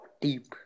Deep